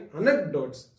anecdotes